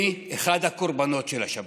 אני אחד הקורבנות של השב"כ.